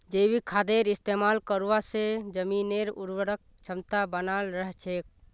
जैविक खादेर इस्तमाल करवा से जमीनेर उर्वरक क्षमता बनाल रह छेक